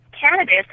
cannabis